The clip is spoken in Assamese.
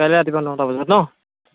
কাইলৈ ৰাতিপুৱা নটা বজাত ন